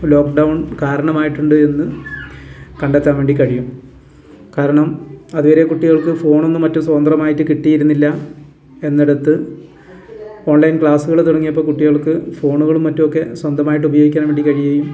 lockdown കാരണമായിട്ടുണ്ട് എന്ന് കണ്ടെത്താൻ വേണ്ടി കഴിയും കാരണം അതുവരെ കുട്ടികൾക്ക് ഫോണൊന്നും മറ്റും സ്വതന്ത്രമായിട്ട് കിട്ടിയിരുന്നില്ല എന്നെടുത്ത് ഓൺലൈൻ ക്ലാസ്സുകൾ തുടങ്ങിയപ്പോൾ കുട്ടികൾക്ക് ഫോണുകളും മറ്റുമൊക്കെ സ്വന്തമായിട്ട് ഉപയോഗിക്കാൻ വേണ്ടി കഴിയുകയും